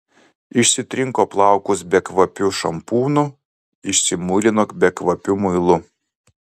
išsitrinko plaukus bekvapiu šampūnu išsimuilino bekvapiu muilu